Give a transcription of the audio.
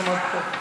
שומעים אתכן עד פה.